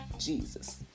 Jesus